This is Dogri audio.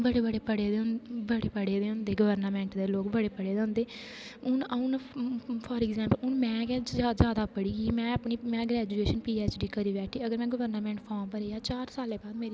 बडे बडे़ पढे़ दे होंदे बडे़ पढे़ दे होंदे गवर्नामेंट दे लोग बडे़ पढे़ दे होंदे हून फाॅरइंगजेमपल में गै ज्यादा पढ़ी गी में अपनी ग्रेजुऐशन पीएचडी करी बैठी अगर में गवर्नामेंट फार्म भरियै चार सालें बाद मेरी